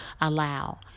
allow